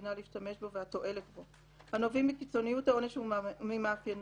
המדינה להשתמש בו והתועלת בו הנובעים מקיצוניות העונש וממאפייניו,